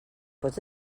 pots